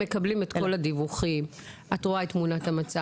<< יור >> פנינה תמנו (יו"ר הוועדה לקידום מעמד האישה